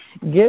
give